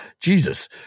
Jesus